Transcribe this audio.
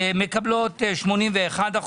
מקבלות בפועל 81%,